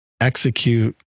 execute